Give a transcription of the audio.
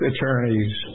attorneys